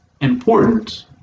important